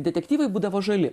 detektyvai būdavo žali